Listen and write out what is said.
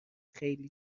خیلی